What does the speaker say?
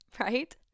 right